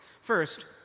First